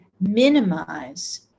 minimize